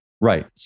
Right